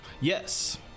Yes